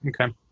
okay